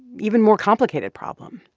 even more complicated problem.